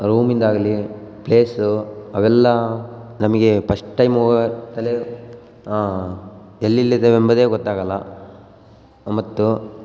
ರೂಮಿಂದಾಗಲಿ place ಅವೆಲ್ಲ ನಮಗೆ first time ಹೋಗತಲೆ ಎಲ್ಲಿಲೆದೆವು ಎಂಬುದೇ ಗೊತ್ತಾಗೋಲ್ಲ ಮತ್ತು